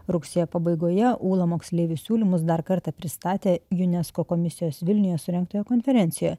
rugsėjo pabaigoje ūla moksleivių siūlymus dar kartą pristatė junesko komisijos vilniuje surengtoje konferencijoje